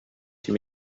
too